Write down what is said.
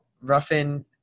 Ruffin